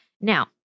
Now